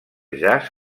jazz